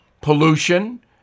pollution